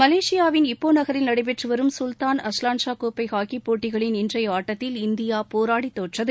மலேஷியாவின் இப்போ நகரில் நடைபெற்று வரும் சுல்தான் அஸ்லான்ஷா கோப்பை ஹாக்கிப் போட்டிகளின் இன்றைய ஆட்டத்தில் இந்தியா போராடி தோற்றது